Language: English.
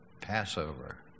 Passover